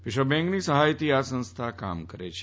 વિશ્વ બેંકની સહાયથી આ સંસ્થા કાર્ય કરે છે